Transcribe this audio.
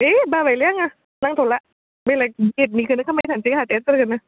है बाबायलै आङो नांथला बेलाय स्टेटनिखोनो खालामबाय थासै आंहा टेटफोरखोनो